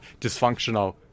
dysfunctional